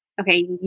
Okay